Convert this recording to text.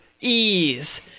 ease